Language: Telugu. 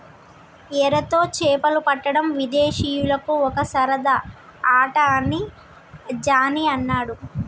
ఎరతో చేపలు పట్టడం విదేశీయులకు ఒక సరదా ఆట అని జానీ అన్నాడు